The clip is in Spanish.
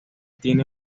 tiene